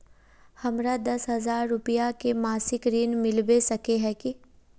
हमरा दस हजार रुपया के मासिक ऋण मिलबे सके है की?